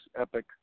epic